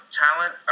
talent